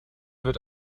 wird